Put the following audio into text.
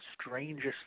strangest